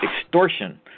extortion